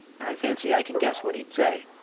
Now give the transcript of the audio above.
i fancy i can guess what he'd say.